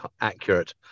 accurate